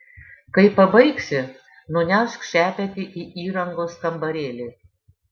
kai pabaigsi nunešk šepetį į įrangos kambarėlį